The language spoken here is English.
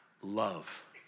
love